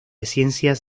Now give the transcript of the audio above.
ciencias